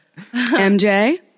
MJ